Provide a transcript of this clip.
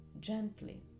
gently